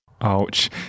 Ouch